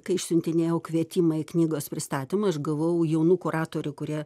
kai išsiuntinėjau kvietimą į knygos pristatymą aš gavau jaunų kuratorių kurie